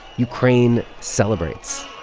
ukraine celebrates.